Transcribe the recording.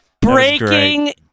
Breaking